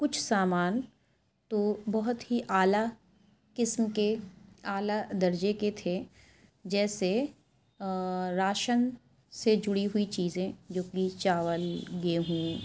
کچھ سامان تو بہت ہی اعلیٰ قسم کے اعلیٰ درجے کے تھے جیسے راشن سے جڑی ہوئی چیزیں جو کہ چاول گیہوں